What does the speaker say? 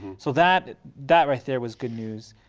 so that that right there was good news.